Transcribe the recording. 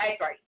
right